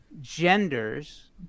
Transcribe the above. genders